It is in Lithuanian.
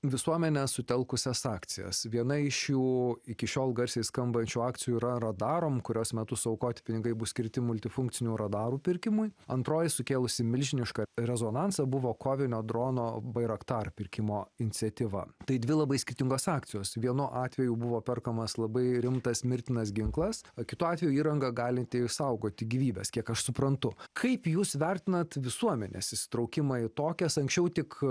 visuomene sutelkusias akcijas viena iš jų iki šiol garsiai skambančių akcijų yra radarom kurios metu suaukoti pinigai bus skirti multifunkcinių radarų pirkimui antroji sukėlusi milžinišką rezonansą buvo kovinio drono bayraktar pirkimo iniciatyva tai dvi labai skirtingos akcijos vienu atveju buvo perkamas labai rimtas mirtinas ginklas o kitu atveju įranga galinti išsaugoti gyvybes kiek aš suprantu kaip jūs vertinat visuomenės įsitraukimą į tokias anksčiau tik